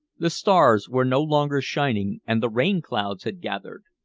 the stars were no longer shining and the rain clouds had gathered.